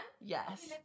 Yes